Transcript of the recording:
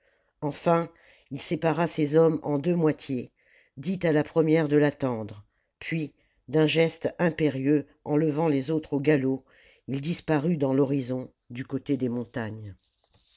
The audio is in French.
enfin il sépara ses hommes en deux moitiés dit à la première de l'attendre puis d'un geste impérieux enlevant les autres au galop ii disparut dans l'horizon du côté des montagnes